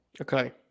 Okay